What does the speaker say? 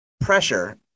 pressure